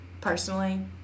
personally